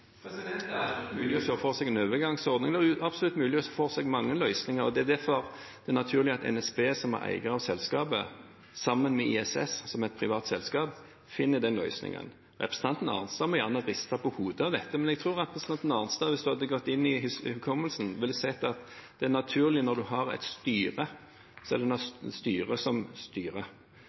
Det er absolutt mulig å se for seg en overgangsordning, det er absolutt mulig å se for seg mange løsninger. Derfor er det naturlig at NSB, som er eier av selskapet, sammen med ISS, som er et privat selskap, finner den løsningen. Representanten Arnstad må gjerne riste på hodet av dette, men jeg tror at hvis representanten Arnstad hadde gått inn i hukommelsen, ville hun sett at det er naturlig når en har et styre, at det er styret som styrer.